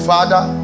Father